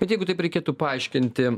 bet jeigu taip reikėtų paaiškinti